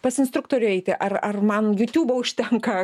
pas instruktorių eiti ar ar man jutubo užtenka